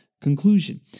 conclusion